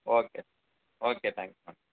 okay okay thanks ma'am